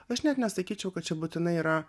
aš net nesakyčiau kad čia būtinai yra